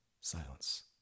Silence